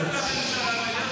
יכולתם להצטרף לממשלה ולהיות